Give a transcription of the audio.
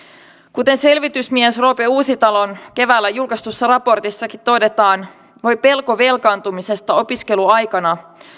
kuten selvitysmies roope uusitalon keväällä julkaistussa raportissakin todetaan voi pelko velkaantumisesta opiskeluaikana